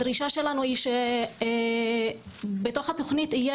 הדרישה שלנו היא שבתוך התוכנית יהיה